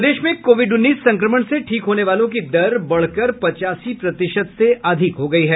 प्रदेश में कोविड उन्नीस संक्रमण से ठीक होने वालों की दर बढ़कर पचासी प्रतिशत से अधिक हो गयी है